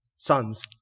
Sons